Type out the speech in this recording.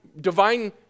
divine